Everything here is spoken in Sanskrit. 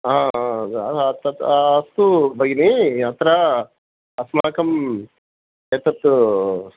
हा तत् अस्तु भगिनी अत्र अस्माकम् एतत्